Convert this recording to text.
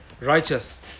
righteous